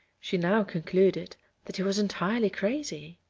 she now concluded that he was entirely crazy.